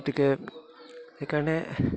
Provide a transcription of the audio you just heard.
গতিকে সেইকাৰণে